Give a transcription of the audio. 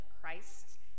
christ